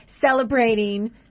celebrating